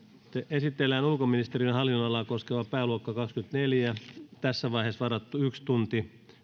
esitellään ulkoministeriön hallinnonalaa koskeva pääluokka kahdennessakymmenennessäneljännessä tässä vaiheessa yleiskeskusteluun on varattu yksi tunti